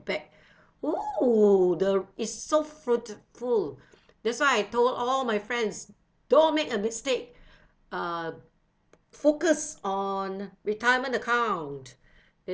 back !woo! the is so fruitful that's why I told all my friends don't make a mistake err focus on retirement account